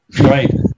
Right